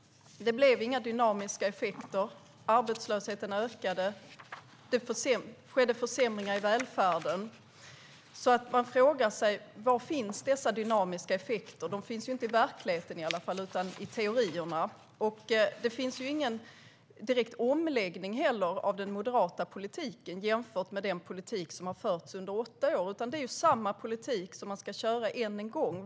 Det blev inga dynamiska effekter. Arbetslösheten ökade och det skedde försämringar i välfärden, så man frågar sig var dessa dynamiska effekter finns. De finns inte i verkligheten utan i teorin. Det finns heller ingen direkt omläggning av den moderata politiken jämfört med den politik som de förde under åtta år, utan det är samma politik som de ska köra än en gång.